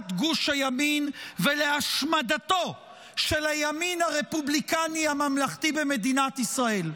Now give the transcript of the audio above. גוש הימין ולהשמדתו של הימין הרפובליקני הממלכתי במדינת ישראל,